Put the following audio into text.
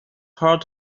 hard